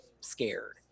scared